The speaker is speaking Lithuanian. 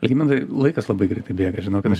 algimantai laikas labai greitai bėga žinokit aš